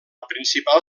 principal